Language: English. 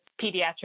pediatric